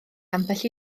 ambell